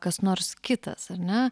kas nors kitas ar ne